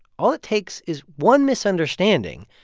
all it takes is one misunderstanding,